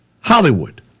Hollywood